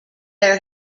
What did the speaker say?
their